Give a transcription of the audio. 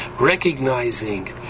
recognizing